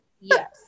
yes